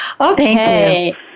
Okay